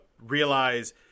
realize